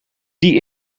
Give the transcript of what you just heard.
die